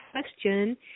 question